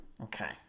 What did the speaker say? Okay